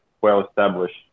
well-established